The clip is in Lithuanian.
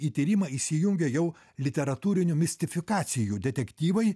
į tyrimą įsijungia jau literatūrinių mistifikacijų detektyvai